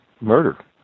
murder